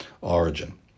origin